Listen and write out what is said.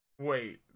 Wait